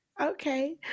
okay